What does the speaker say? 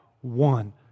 one